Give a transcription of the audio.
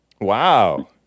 Wow